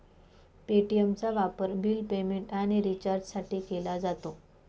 पे.टी.एमचा वापर bill payment आणि रिचार्जसाठी केला जातो